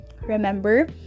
Remember